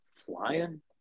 flying